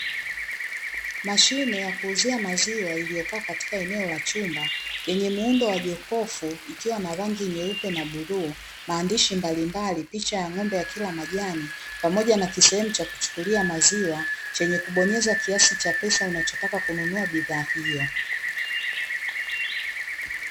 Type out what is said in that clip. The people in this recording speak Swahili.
Mashine ya kuuzia maziwa iliyokaa katika eneo la chumba, yenye muundo wa jokofu ikiwa na rangi nyeupe na bluu, maandishi mbalimbali, picha ya ng'ombe akila majani, pamoja na kisehemu cha kuchukulia maziwa, chenye kubonyeza kiasi cha pesa unachotaka kununua bidhaa hiyo.